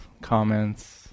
comments